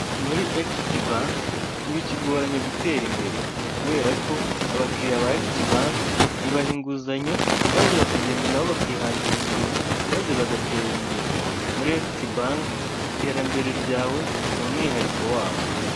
Muri Ekwiti banki ntibikigoranye gutera imbere kubera ko abakiriya ba Ekwiti banki, ibaha inguzanyo maze bakagenda nabo bakihangira imirimo maze bagatera imbere. Muri Ekwiti banki iterambere ryawe ni umwihariko wabo